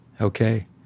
Okay